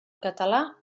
català